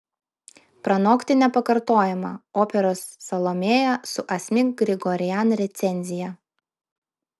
pranokti nepakartojamą operos salomėja su asmik grigorian recenzija